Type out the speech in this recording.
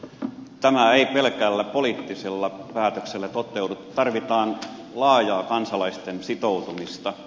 tämä ei pelkällä poliittisella päätöksellä toteudu tarvitaan laajaa kansalaisten sitoutumista